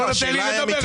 אבל אתה לא נותן לי לדבר.